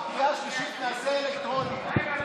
בקריאה השלישית נעשה אלקטרונית.